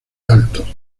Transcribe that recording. altos